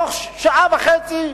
תוך שעה וחצי,